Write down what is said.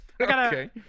Okay